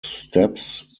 steps